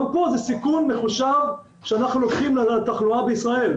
גם פה זה סיכון מחושב שאנחנו לוקחים על התחלואה בישראל.